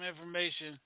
information